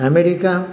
America